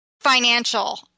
Financial